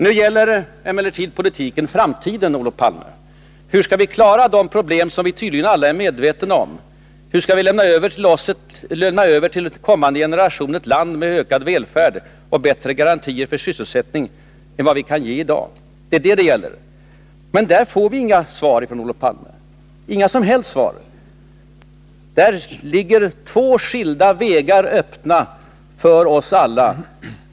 Nu gäller emellertid politiken framtiden, Olof Palme. Hur skall vi klara de problem som vi tydligen alla är medvetna om? Hur skall vi kunna till en kommande generation lämna över ett land med ökad välfärd och bättre garantier för sysselsättning än vad vi kan ge i dag? Det är detta det gäller. Där får vi inga som helst svar från Olof Palme. Det ligger två skilda vägar öppna för oss alla.